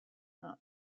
not